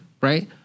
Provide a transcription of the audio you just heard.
right